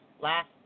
last